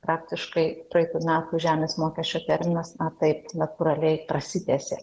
praktiškai praeitų metų žemės mokesčio terminas taip natūraliai prasitęsė